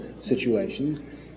situation